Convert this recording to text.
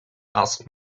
asked